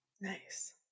Nice